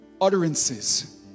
utterances